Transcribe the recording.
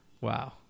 Wow